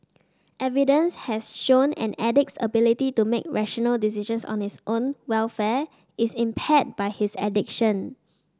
evidence has shown an addict's ability to make rational decisions on his own welfare is impaired by his addiction